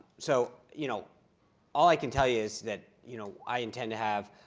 so you know all i can tell you is that you know i intend to have,